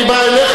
אני בא אליך.